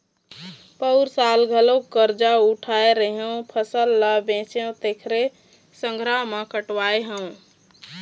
पउर साल घलोक करजा उठाय रेहेंव, फसल ल बेचेंव तेखरे संघरा म कटवाय हँव